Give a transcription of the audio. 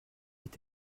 est